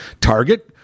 target